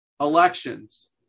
Elections